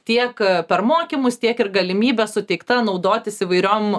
tiek per mokymus tiek ir galimybe suteikta naudotis įvairiom